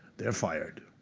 they are fired.